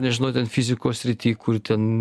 nežinau ten fizikos srity kur ten